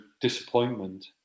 disappointment